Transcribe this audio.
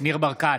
ניר ברקת,